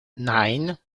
nine